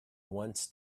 once